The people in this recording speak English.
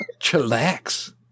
Chillax